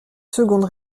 seconde